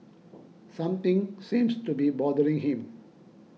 something seems to be bothering him